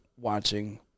Watching